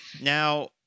Now